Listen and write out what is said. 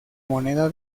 moneda